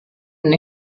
den